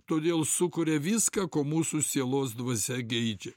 todėl sukuria viską ko mūsų sielos dvasia geidžia